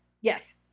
Yes